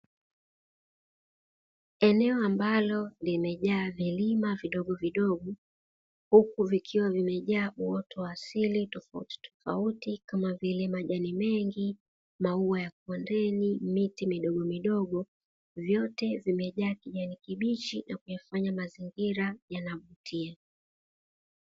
Eneo ambalo limejaa vilima vidogo vidogo huku vikiwa vimejaa uoto wa asili tofautitofauti kama vile majani mengi, maua ya kondeni, miti midogomidogo vyote vimejaa kijani kibichi na kuyafanya mazingira yanavutia.